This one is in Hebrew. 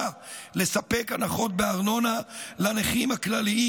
לספק הנחות בארנונה לנכים הכלליים.